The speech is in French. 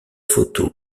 photo